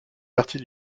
partie